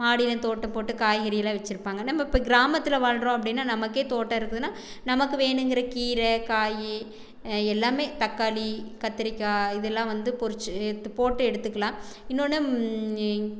மாடியில் தோட்டம் போட்டு காய்கறியெலாம் வெச்சுருப்பாங்க நம்ம இப்போ கிராமத்தில் வாழ்கிறோம் அப்படின்னா நமக்கே தோட்டம் இருக்குதுனால் நமக்கு வேணும்ங்கிற கீரை காய் எல்லாமே தக்காளி கத்திரிக்காய் இது எல்லாம் வந்து பொறிச்சு எடுத்து போட்டு எடுத்துக்கலாம் இன்னொன்று இ